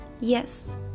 Yes